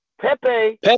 Pepe